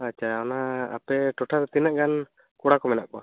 ᱟᱪᱪᱷᱟ ᱚᱱᱟ ᱚᱯᱮ ᱚᱱᱟ ᱴᱚᱴᱷᱟ ᱫᱚ ᱛᱤᱱᱟᱹᱜ ᱜᱟᱱ ᱠᱚᱲᱟ ᱠᱚ ᱢᱮᱱᱟᱜ ᱠᱚᱣᱟ